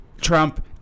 Trump